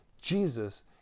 Jesus